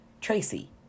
Tracy